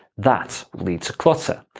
that lead to clutter,